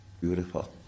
Beautiful